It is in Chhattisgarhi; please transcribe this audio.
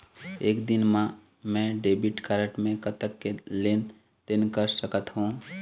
एक दिन मा मैं डेबिट कारड मे कतक के लेन देन कर सकत हो?